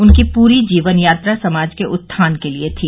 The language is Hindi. उनकी पूरी जीवन यात्रा समाज के उत्थान के लिए थी